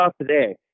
today